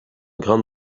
grande